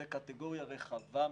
זו קטגוריה רחבה מדי.